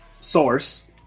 source